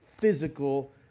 physical